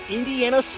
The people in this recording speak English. Indiana